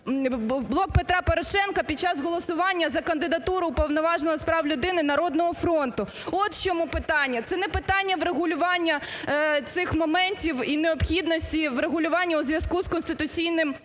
"Блок Петра Порошенка" під час голосування за кандидатуру Уповноваженого з прав людини "Народного фронту". От, в чому питання. Це не питання врегулювання цих моментів і необхідності врегулювання у зв'язку з конституційним,